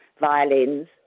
violins